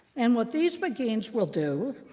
and what these beguines will do,